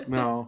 no